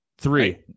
Three